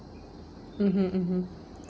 mmhmm mmhmm